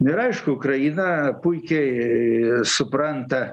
nu ir aišku ukraina puikiai supranta